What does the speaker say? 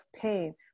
pain